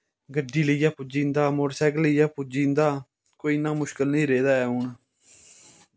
गड्डी लेइयै पुज्जी जंदा मोटर सैकल लेइयै पुज्जी जंदा कोई इन्ना मुशकल नी रेह् दा ऐ हुन